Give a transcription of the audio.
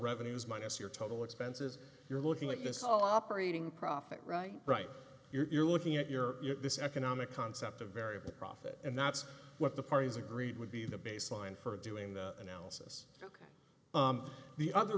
revenues minus your total expenses you're looking at this all operating profit right right you're looking at your this economic concept of variable profit and that's what the parties agreed would be the baseline for doing the analysis the other